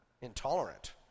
intolerant